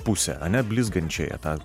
pusę ane blizgančiąją tą